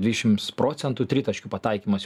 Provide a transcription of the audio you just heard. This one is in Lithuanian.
dvidešims procentų tritaškių pataikymas